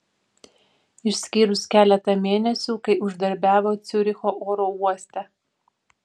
išskyrus keletą mėnesių kai uždarbiavo ciuricho oro uoste